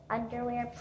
underwear